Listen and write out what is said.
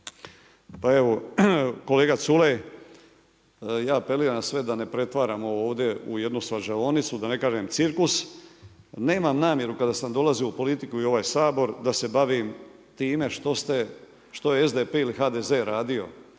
Pa evo, kolega Culej, ja apeliram na sve da ne pretvaramo ovo ovdje u jednu svađaonicu, da ne kažem cirkus, nemam namjeru kada sam dolazio u politiku i ovaj Sabor da se bavim time što je SDP ili HDZ radio,